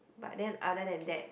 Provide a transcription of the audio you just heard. but then other than that